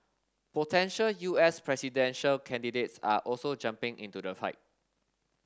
potential U S presidential candidates are also jumping into the fight